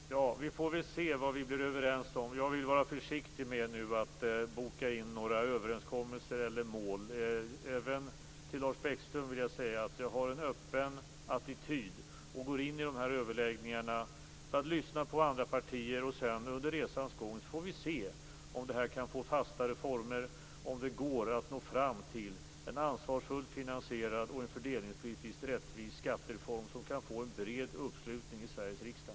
Fru talman! Vi får väl se vad vi blir överens om. Jag vill vara försiktig med att nu boka in överenskommelser eller mål. Till Lars Bäckström vill jag säga att jag har en öppen attityd. Jag går in i de här överläggningarna för att lyssna på andra partier. Under resans gång får vi se om det här kan få fastare former och om det går att nå fram till en ansvarsfullt finansierad och en fördelningspolitiskt rättvis skattereform som kan få en bred uppslutning i Sveriges riksdag.